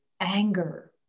anger